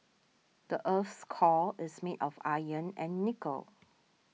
the earth's core is made of iron and nickel